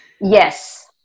Yes